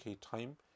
time